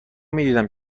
میدیدم